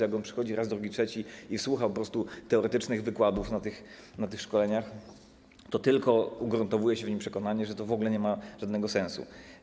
Jak on przychodzi raz, drugi, trzeci i słucha po prostu teoretycznych wykładów na tych szkoleniach, to tylko ugruntowuje się w nim przekonanie, że to w ogóle nie ma żadnego sensu.